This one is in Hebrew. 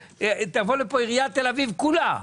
שתבוא לפה עיריית תל אביב כולה,